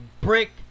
break